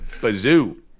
bazoo